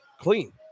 clean